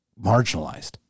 marginalized